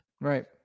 right